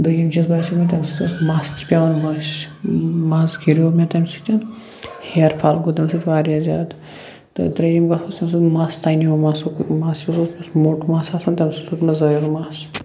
دۄیِم چیٖز باسیو مےٚ تَمہِ سۭتۍ اوس مَس تہِ پٮ۪وان ؤسۍ مس گِریو مےٚ تَمہِ سۭتۍ ہِیَر فال گوٚو تَمہِ سۭتۍ وارِیاہ زیادٕ تہٕ ترٛیٚیِم اوس مَس تنیو مَس یُس اوس یہِ اوس موٚٹ مس آسان تَمہِ سۭتۍ زٲیُل مَس